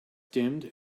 dimmed